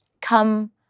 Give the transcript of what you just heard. Come